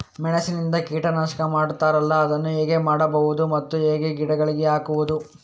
ಮೆಣಸಿನಿಂದ ಕೀಟನಾಶಕ ಮಾಡ್ತಾರಲ್ಲ, ಅದನ್ನು ಹೇಗೆ ಮಾಡಬಹುದು ಮತ್ತೆ ಹೇಗೆ ಗಿಡಗಳಿಗೆ ಹಾಕುವುದು?